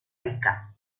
rica